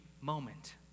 moment